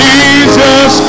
Jesus